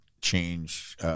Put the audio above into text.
change